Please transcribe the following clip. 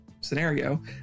scenario